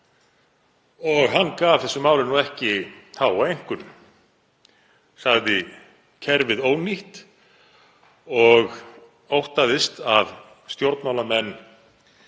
og hann gaf þessu máli ekki háa einkunn. Hann sagði kerfið ónýtt og óttaðist að stjórnmálamenn